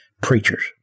preachers